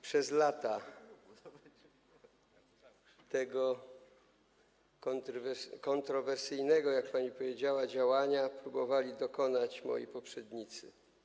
Przez lata tego kontrowersyjnego, jak pani powiedziała, działania próbowali dokonać moi poprzednicy.